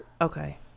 okay